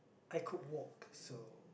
I could walk so